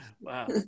Wow